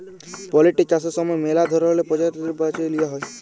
poultry চাষের সময় ম্যালা ধরলের পরজাতি বাছে লিঁয়া হ্যয়